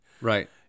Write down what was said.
Right